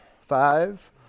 Five